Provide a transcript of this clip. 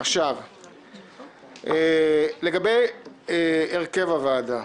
לגבי הרכב הוועדה,